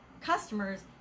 customers